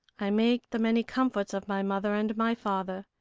i make the many comforts of my mother and my father.